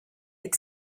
had